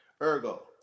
Ergo